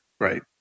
right